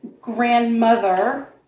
grandmother